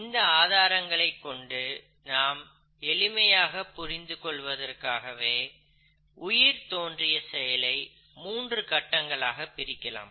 இந்த ஆதாரங்களைக் கொண்டு நாம் எளிமையாக புரிந்து கொள்வதற்காகவே உயிர் தோன்றிய செயலை 3 கட்டங்களாக பிரிக்கலாம்